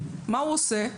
מה הוא עושה?